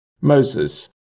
Moses